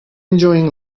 enjoying